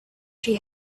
she